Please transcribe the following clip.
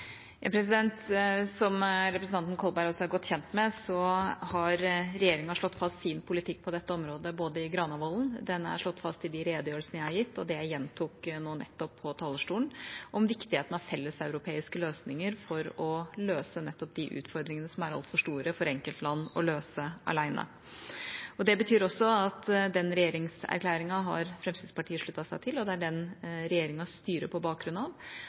Som representanten Kolberg også er godt kjent med, har regjeringa slått fast sin politikk på dette området både i Granavolden-plattformen, i de redegjørelsene jeg har gitt, og i det jeg gjentok nå nettopp på talerstolen, om viktigheten av felleseuropeiske løsninger for å løse nettopp de utfordringene som er altfor store for enkeltland å løse alene. Det betyr også at den regjeringserklæringen har Fremskrittspartiet sluttet seg til. Det er den regjeringa styrer på bakgrunn av,